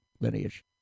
lineage